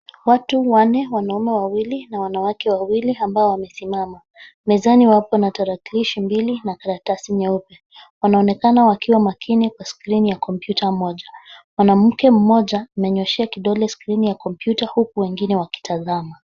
Watu wanne, wanaume wawili na wanawake wawili ambao wamesimama. Mezani wapo na tarakilishi mbili na karatasi nyeupe. Wanaonekana wakiwa makini kwa skrini ya kompyuta moja. Mwanamke mmoja amenyoshea kidole skrini ya kompyuta huku wengine wakitazama.